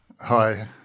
Hi